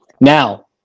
Now